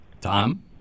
Tom